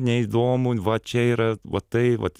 neįdomu va čia yra va tai vat